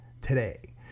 today